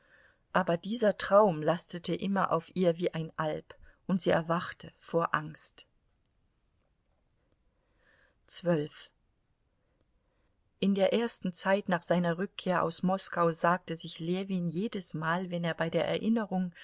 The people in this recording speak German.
aber dieser traum lastete immer auf ihr wie ein alp und sie erwachte vor angst in der ersten zeit nach seiner rückkehr aus moskau sagte sich ljewin jedesmal wenn er bei der erinnerung